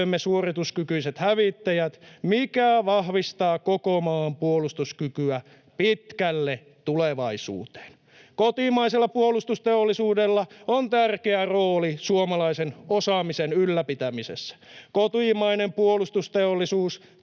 suorituskykyiset hävittäjät, mikä vahvistaa koko maan puolustuskykyä pitkälle tulevaisuuteen. Kotimaisella puolustusteollisuudella on tärkeä rooli suomalaisen osaamisen ylläpitämisessä. Kotimainen puolustusteollisuus